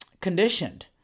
conditioned